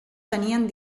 tenien